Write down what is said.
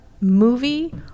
movie